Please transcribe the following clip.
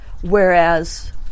Whereas